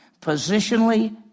Positionally